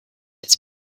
its